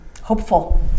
hopeful